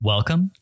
Welcome